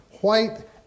white